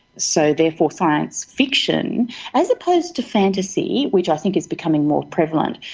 so therefore, science-fiction, as opposed to fantasy, which i think is becoming more prevalent,